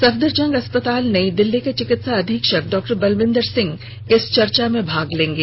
सफदरजंग अस्पताल नई दिल्ली के चिकित्सा अधीक्षक डॉ बलविंदर सिंह चर्चा में भाग लेंगे